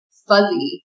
fuzzy